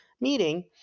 meeting